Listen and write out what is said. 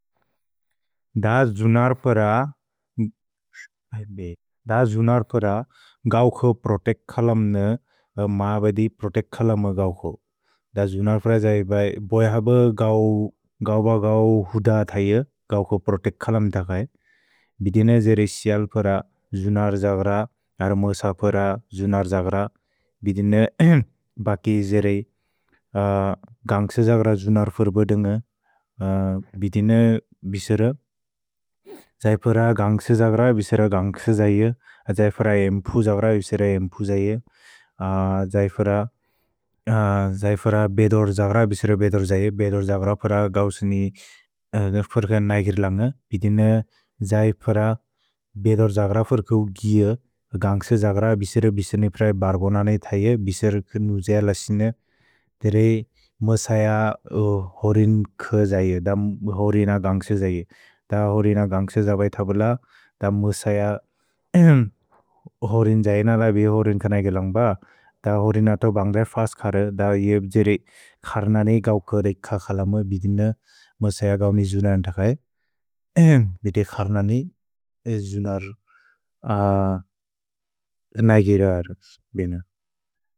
द जुनर् फ्र गौखो प्रोतेक् खलम् न माबदि प्रोतेक् खलम गौखो। द जुनर् फ्र जै बै बोइहब गौ ब गौ हुद धैअ, गौखो प्रोतेक् खलम् धगै। भिदिन जेरे क्सिअल् फ्र जुनर् धग्र, अर्मोस फ्र जुनर् धग्र। भिदिन बकि जेरे गन्ग्स धग्र जुनर् फुर् बदुन्ग। भिदिन बिसर, जै फ्र गन्ग्स धग्र, बिसर गन्ग्स धगिअ, जै फ्र एम्पु धग्र, बिसर एम्पु धगिअ। जै फ्र बेदोर् धग्र, बिसर बेदोर् धगिअ, बेदोर् धग्र फ्र गौ सुनि नुख् फुर् क नगिर् लन्ग। भिदिन जै फ्र बेदोर् धग्र फुर् गौ गिग, गन्ग्स धग्र, बिसर बिसर निप्र बर्गुन न इथैअ, बिसर नुजेअ लसिन, तेरे मसय होरिन् क धगिअ, द होरिन गन्ग्स धगिअ। द होरिन गन्ग्स धगिअ इथ बुल, द मसय होरिन् जै न ल बि होरिन् क नगिअ लन्ग्ब, द होरिन् अतो बन्ग्ल फस्त् खर्। द ये जेरे खर् ननि गौ करेक् कखल मु बिदिन मसय गौ नि जुनन् धगै, बिदे खर् ननि जुनर् नगिर अर् बिन।